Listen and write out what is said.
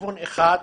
כיוון אחד,